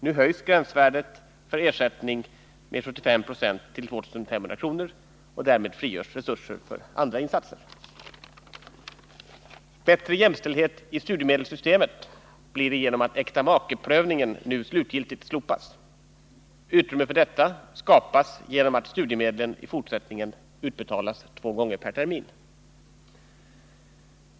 Nu höjs gränsvärdet för ersättning med 75 Fo till 2 500 kr., och därmed frigörs resurser för andra insatser. Bättre jämställdhet i studiemedelssystemet blir det genom att äktamake prövningen nu slutgiltigt slopas. Utrymme för detta skapas genom att studiemedel i fortsättningen utbetalas två gånger per termin.